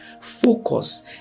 Focus